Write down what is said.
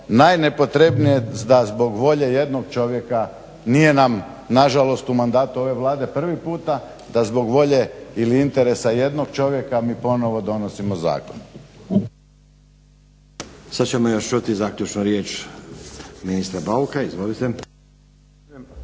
najnepotrebnije da zbog volje jednog čovjeka, nije nam nažalost u mandatu ove Vlade prvi puta da zbog volje ili interesa jednog čovjeka mi ponovo donosimo zakon. **Stazić, Nenad (SDP)** Sad ćemo još čuti zaključnu riječ, ministra Bauka. Izvolite.